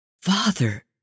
Father